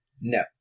No